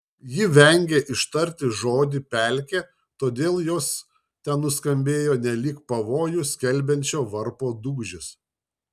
ji vengė ištarti žodį pelkė todėl jos ten nuskambėjo nelyg pavojų skelbiančio varpo dūžis